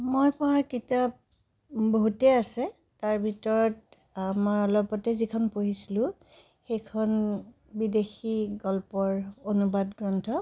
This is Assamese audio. মই পঢ়া কিতাপ বহুতেই আছে তাৰ ভিতৰত মই অলপতে যিখন পঢ়িছিলোঁ সেইখন বিদেশী গল্পৰ অনুবাদ গ্ৰন্থ